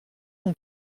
son